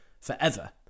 forever